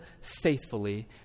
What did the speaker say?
faithfully